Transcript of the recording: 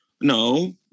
No